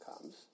comes